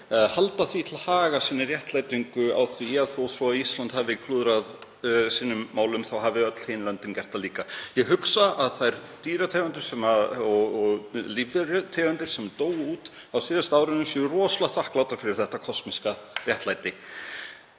halda til haga sinni réttlætingu á því að þó svo að Ísland hefði klúðrað sínum málum hefðu öll hin löndin gert það líka. Ég hugsa að þær dýrategundir og þær lífverutegundir sem dóu út á síðasta ári séu rosalega þakklátar fyrir þetta kosmíska réttlæti.